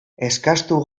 eskastu